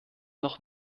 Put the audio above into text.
noch